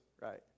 right